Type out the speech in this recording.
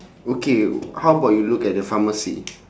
okay how about you look at the pharmacy